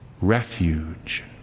Refuge